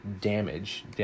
damage